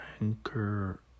anchor